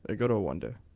ah gotta wonder.